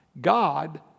God